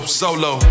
solo